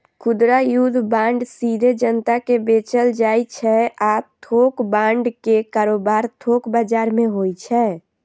खुदरा युद्ध बांड सीधे जनता कें बेचल जाइ छै आ थोक बांड के कारोबार थोक बाजार मे होइ छै